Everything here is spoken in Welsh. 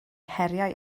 heriau